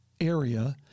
area